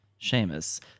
Seamus